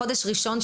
חודש ראשון,